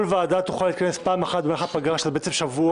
כל ועדה תוכל להתכנס פעם אחת במהלך הפגרה שזה שבוע.